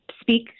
speak